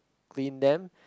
clean them